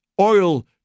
oil